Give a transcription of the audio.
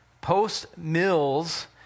Post-Mills